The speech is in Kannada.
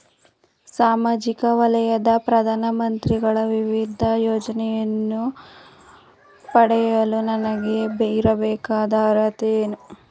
ಸಾಮಾಜಿಕ ವಲಯದ ಪ್ರಧಾನ ಮಂತ್ರಿಗಳ ವಿವಿಧ ಯೋಜನೆಗಳನ್ನು ಪಡೆಯಲು ನನಗೆ ಇರಬೇಕಾದ ಅರ್ಹತೆಗಳೇನು?